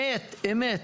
אמת.